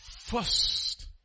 First